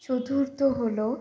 চতুর্থ হল